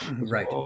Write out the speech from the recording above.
Right